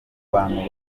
bantu